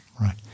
Right